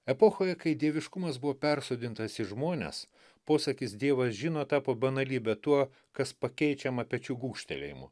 epochoje kai dieviškumas buvo persodintas į žmones posakis dievas žino tapo banalybe tuo kas pakeičiama pečių gūžtelėjimu